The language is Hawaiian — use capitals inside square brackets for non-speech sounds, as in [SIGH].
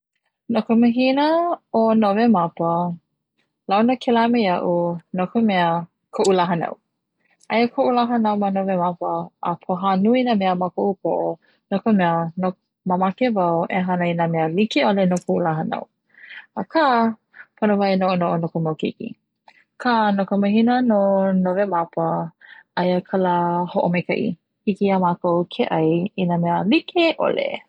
No ka mahina o nowemapa launa kela me iaʻu no ka mea koʻu lā hānau aia koʻu lā hānau ma nowemapa a pōha nui nā mea ma koʻu poʻo no ka mea [HESITATION] mamake wau e hana i na mea likeʻole no koʻu lā hānau, aka pono wau e noʻonoʻo no koʻu mau keiki, aka no ka mahina o nowemapa aia ka lā hoʻomaikaʻi hiki ia mākou ke ʻai i na mea likeʻole.